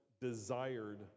desired